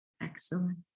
excellent